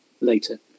later